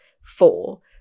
four